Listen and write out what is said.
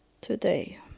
today